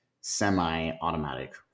semi-automatic